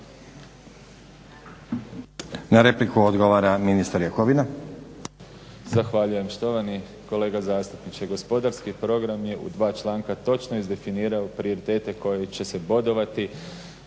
Na repliku odgovara ministar Jakovina. **Jakovina, Tihomir (SDP)** Zahvaljujem štovani kolega zastupniče. Gospodarski program je u dva članka točno izdefinirao prioritete koji će se bodovati